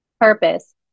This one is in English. Purpose